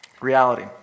reality